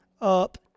up